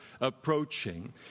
approaching